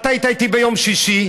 אתה היית איתי ביום שישי,